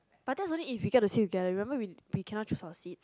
but that's only if we get to the seat together remember we cannot choose our seat